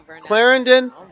Clarendon